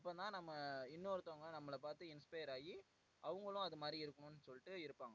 அப்போ தான் நம்ம இன்னொருத்தங்க நம்மளை பார்த்து இன்ஸ்பையர் ஆகி அவங்களும் அது மாதிரி இருக்கணும்னு சொல்லிட்டு இருப்பாங்க